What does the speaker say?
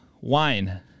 Wine